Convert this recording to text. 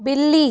बिल्ली